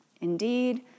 Indeed